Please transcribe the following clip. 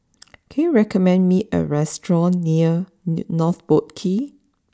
can you recommend me a restaurant near North Boat Quay